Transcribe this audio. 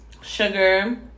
sugar